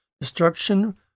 destruction